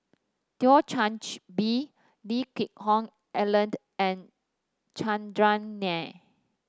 Change Bee Leeke Geck Hoon Ellen and Chandran Nair